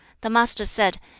the master said,